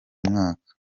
mwaka